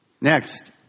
Next